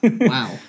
Wow